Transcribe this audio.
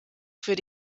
für